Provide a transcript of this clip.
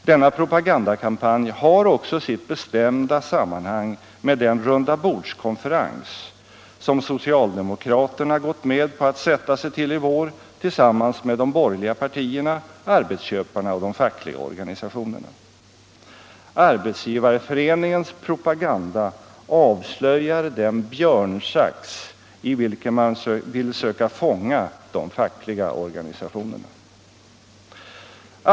Denna propagandakampanj har också sitt bestämda sammanhang med den rundabordskonferens som socialdemokraterna gått med på att sätta sig till i vår tillsammans med de borgerliga partierna, arbetsköparna och de fackliga organisationerna. Arbetsgivareföreningens propaganda avslöjar den björnsax i vilken man vill söka fånga de fackliga organisationerna.